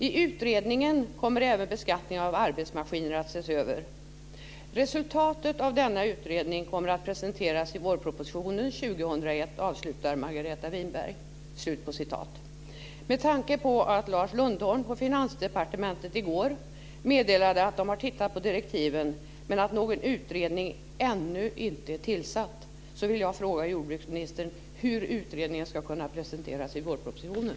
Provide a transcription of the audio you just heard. I utredningen kommer även beskattning av arbetsmaskiner att ses över. Resultatet av denna utredning kommer att presenteras i vårpropositionen 2001, avslutar Margareta Winberg. Med tanke på att Lars Lundholm på Finansdepartementet i går meddelade att man har tittat på direktiven men att någon utredning ännu inte är tillsatt, vill jag fråga jordbruksministern hur utredningen ska kunna presenteras i vårpropositionen.